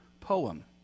poem